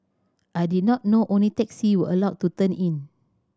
I did not know only taxi were allowed to turn in